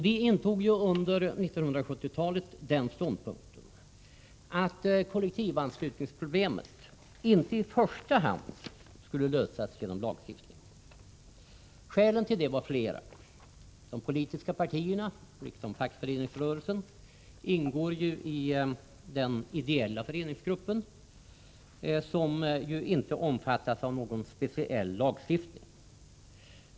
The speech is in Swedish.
Vi intog ju under 1970-talet den ståndpunkten att kollektivanslutningsproblemet inte i första hand skulle lösas genom lagstiftning. Skälen härtill var flera: de politiska partierna liksom fackföreningsrörelsen ingår ju i den ideella föreningsgrupp som inte omfattas av någon speciell lagstiftning.